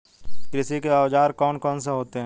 कृषि के औजार कौन कौन से होते हैं?